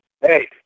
Hey